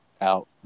out